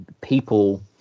people